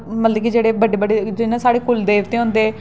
मतलब कि जेह्ड़े बड्डे बड्डे जि'यां कि साढ़े कुल देवते होंदे